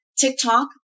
TikTok